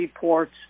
ports